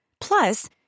Plus